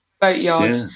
boatyard